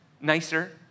nicer